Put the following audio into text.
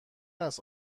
است